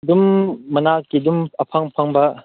ꯑꯗꯨꯝ ꯃꯅꯥꯛꯀꯤ ꯑꯗꯨꯝ ꯑꯐꯪ ꯑꯐꯪꯕ